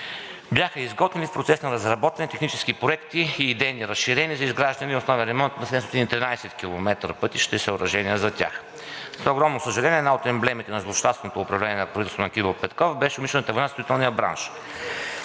Бяха изготвени и в процес на разработване технически проекти и идейни разширения за изграждане и основен ремонт на 713 км пътища и съоръжения за тях. За огромно съжаление, една от емблемите на злощастното управление на правителството на Кирил Петков беше умишлената война със строителния бранш,